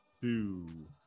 two